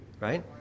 right